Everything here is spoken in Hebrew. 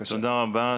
תודה רבה.